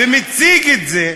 ומציג את זה,